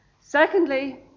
Secondly